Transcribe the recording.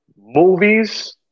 movies